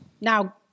Now